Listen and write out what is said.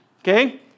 okay